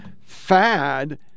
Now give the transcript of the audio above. fad